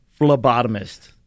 phlebotomist